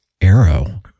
arrow